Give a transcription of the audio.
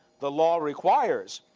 the law requires.